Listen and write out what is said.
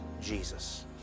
Jesus